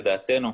לדעתנו,